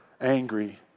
angry